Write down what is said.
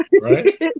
Right